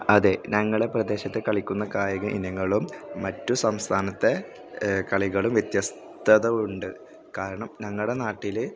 അതെ ഞങ്ങളുടെ പ്രദേശത്ത് കളിക്കുന്ന കായിക ഇനങ്ങളും മറ്റു സംസ്ഥാനത്തെ കളികളും വ്യത്യസ്തത ഉണ്ട് കാരണം ഞങ്ങളുടെ നാട്ടിൽ